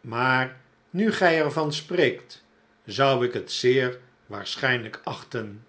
maar nu gij er van spreekt zou ik het zeer waarschijnlijk achten